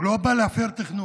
הוא לא בא להפר תכנון.